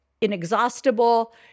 inexhaustible